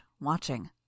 watching